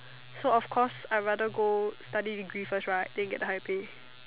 so of course I rather go study degree first right then get the higher pay